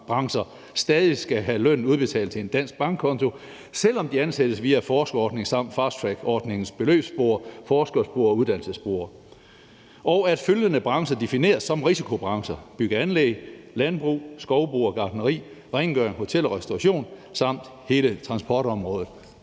risikobrancher, stadig skal have lønnen udbetalt til en dansk bankkonto, selv om de ansættes via forskerordningen samt fasttrackordningens beløbsspor, forskerspor og uddannelsesspor, og at følgende brancher defineres som risikobrancher: bygge og anlæg, landbrug, skovbrug og gartneri, rengøring, hotel og restauration samt hele transportområdet.